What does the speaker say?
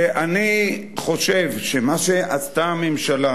אני חושב שמה שעשתה הממשלה,